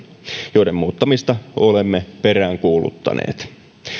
joiden muuttamista olemme peräänkuuluttaneet